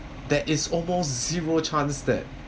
there is almost zero chance there